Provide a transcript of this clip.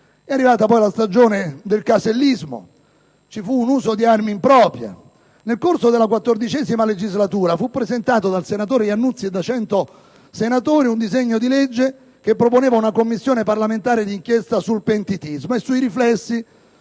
È arrivata poi la stagione del "casellismo" e ve ne è stato un uso come «arma impropria». Nel corso della XIV legislatura è stato presentato dal senatore Iannuzzi e da 100 senatori un disegno di legge che proponeva una Commissione parlamentare d'inchiesta sul pentitismo e sui riflessi